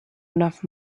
enough